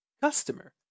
customer